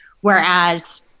Whereas